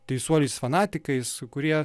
teisuoliais fanatikais kurie